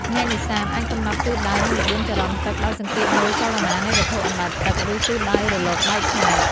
អ្នកនេសាទអាចកំណត់ទិសដៅ និងល្បឿនចរន្តទឹកដោយសង្កេតមើលចលនានៃវត្ថុអណ្តែតទឹក ឬទិសដៅរលកបែកខ្ញែក។